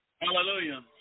Hallelujah